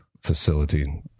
Facility